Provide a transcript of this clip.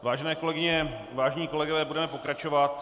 Vážené kolegyně, vážení kolegové, budeme pokračovat.